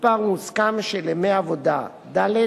מספר מוסכם של ימי עבודה, ד.